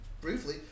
briefly